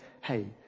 hey